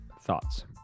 thoughts